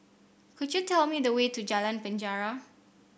could you tell me the way to Jalan Penjara